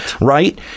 right